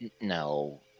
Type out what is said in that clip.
No